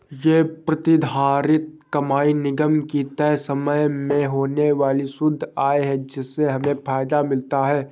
ये प्रतिधारित कमाई निगम की तय समय में होने वाली शुद्ध आय है जिससे हमें फायदा मिलता है